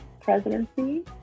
presidency